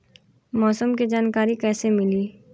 मौसम के जानकारी कैसे मिली?